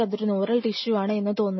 അതൊരു neural tissue ആണ് എന്ന് തോന്നുന്നു